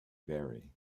vary